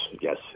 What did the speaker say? yes